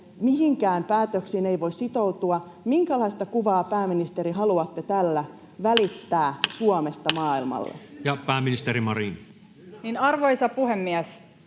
mihinkään päätöksiin ei voi sitoutua? Minkälaista kuvaa, pääministeri, haluatte tällä välittää Suomesta maailmalle? [Speech 67] Speaker: Toinen varapuhemies